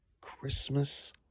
Christmas